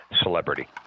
celebrity